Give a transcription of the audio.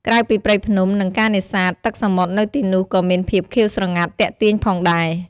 ក្រៅពីព្រៃភ្នំ និងការនេសាទ ទឹកសមុទ្រនៅទីនោះក៏មានភាពខៀវស្រងាត់ទាក់ទាញផងដែរ។